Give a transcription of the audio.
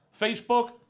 Facebook